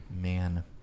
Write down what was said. Man